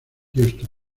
houston